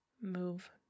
move